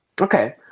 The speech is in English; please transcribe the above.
Okay